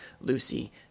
Lucy